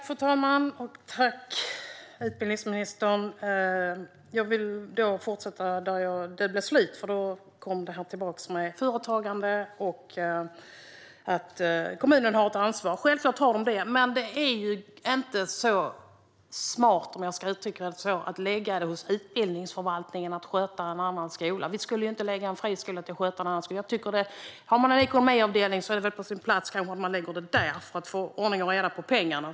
Fru talman! Jag tackar utbildningsministern. Låt mig fortsätta med detta om företagande och att kommunen har ett ansvar. Självfallet har kommunen ett ansvar, men det är inte så smart att lägga det hos utbildningsförvaltningen att sköta en annan skola. Vi skulle inte låta en friskola sköta en annan skola. Har man en ekonomiavdelning är det på sin plats att man lägger det där för att få ordning och reda på pengarna.